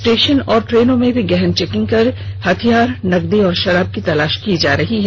station व ट्रेनों में भी गहन चेकिंग कर हथियार नगदी और शराब की तलाश की जा रही है